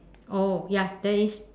oh ya there is